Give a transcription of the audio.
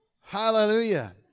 Hallelujah